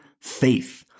faith